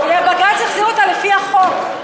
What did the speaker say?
בג"ץ החזיר אותה לפי החוק.